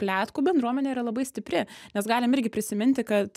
pletkų bendruomenė yra labai stipri nes galim irgi prisiminti kad